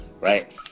Right